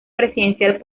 presidencial